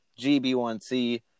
gb1c